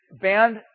banned